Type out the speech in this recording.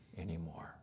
anymore